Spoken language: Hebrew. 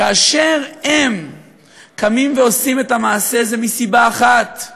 כאשר הם קמים ועושים את המעשה, זה מסיבה אחת,